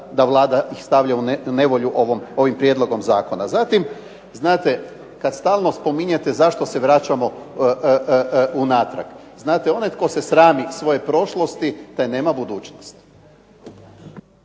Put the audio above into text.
da Vlada ih stavlja u nevolju ovim prijedlogom zakona. Zatim, znate kad stalno spominjete zašto se vraćamo unatrag. Znate, onaj tko se srami svoje prošlosti taj nema budućnosti.